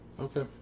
Okay